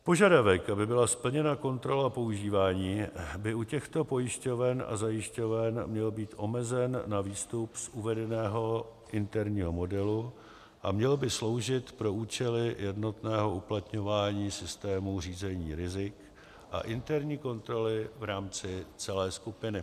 Požadavek, aby byla splněna kontrola používání, by u těchto pojišťoven a zajišťoven měl být omezen na výstup z uvedeného interního modelu a měl by sloužit pro účely jednotného uplatňování systémů řízení rizik a interní kontroly v rámci celé skupiny.